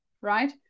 right